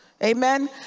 Amen